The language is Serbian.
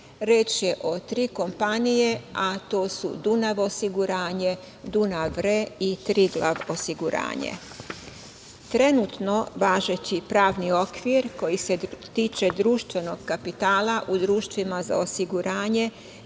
Reč je o tri o kompanije, a to su „Dunav osiguranje“, Dunav re“ i „Triglav osiguranje“.Trenutno važeći pravni okvir koji se tiče društvenog kapitala u društvima za osiguranje